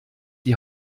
die